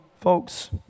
folks